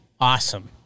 Awesome